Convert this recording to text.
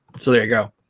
so there you go